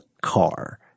car